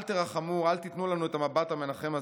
אל תרחמו, אל תיתנו לנו את המבט המרחם הזה.